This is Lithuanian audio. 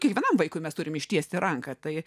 kiekvienam vaikui mes turime ištiesti ranką tai